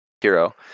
hero